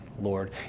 Lord